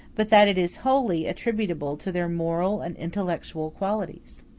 but that it is wholly attributable to their moral and intellectual qualities.